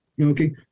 Okay